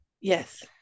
Yes